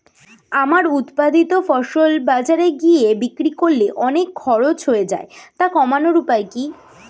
আমার উৎপাদিত ফসল বাজারে গিয়ে বিক্রি করলে অনেক খরচ হয়ে যায় তা কমানোর উপায় কি?